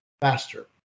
faster